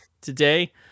today